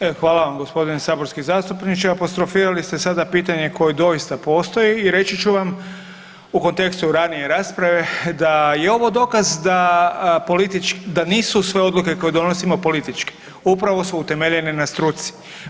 E hvala vam gospodine saborski zastupniče, apostrofirali ste sada pitanje koje doista postoji i reći ću vam u kontekstu ranije rasprave da je ovo dokaz da nisu sve odluke koje donosimo političke, upravo su utemeljene na struci.